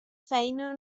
feina